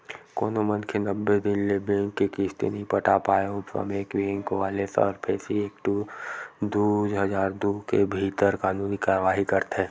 कोनो मनखे नब्बे दिन ले बेंक के किस्ती नइ पटा पाय ओ समे बेंक वाले सरफेसी एक्ट दू हजार दू के भीतर कानूनी कारवाही करथे